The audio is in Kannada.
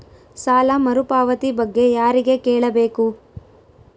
ಸಾಲ ಮರುಪಾವತಿ ಬಗ್ಗೆ ಯಾರಿಗೆ ಕೇಳಬೇಕು?